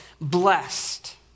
blessed